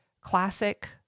classic